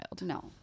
No